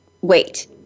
wait